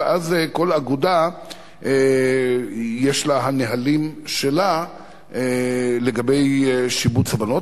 ואז כל אגודה יש לה הנהלים שלה לגבי שיבוץ הבנות.